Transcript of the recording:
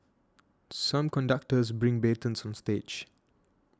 some conductors bring batons on stage